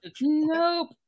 Nope